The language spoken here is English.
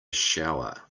shower